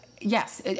yes